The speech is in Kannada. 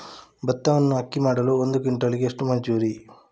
ಭತ್ತವನ್ನು ಅಕ್ಕಿ ಮಾಡಲು ಒಂದು ಕ್ವಿಂಟಾಲಿಗೆ ಎಷ್ಟು ಮಜೂರಿ?